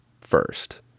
first